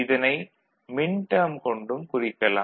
இதனை மின்டேர்ம் கொண்டும் குறிக்கலாம்